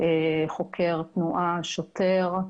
חוקר תנועה, שוטר,